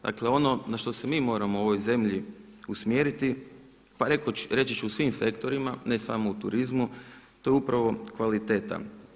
Dakle, ono na što se mi moramo u ovoj zemlji usmjeriti pa reći ću u svim sektorima, ne samo u turizmu to je upravo kvaliteta.